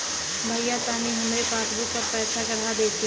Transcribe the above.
भईया तनि हमरे पासबुक पर पैसा चढ़ा देती